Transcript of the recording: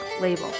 Label